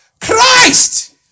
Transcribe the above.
Christ